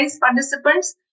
participants